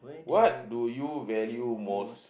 what do you value most